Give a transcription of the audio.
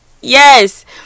Yes